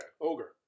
Ogre